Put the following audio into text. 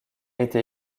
été